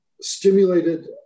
stimulated